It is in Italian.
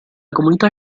comunità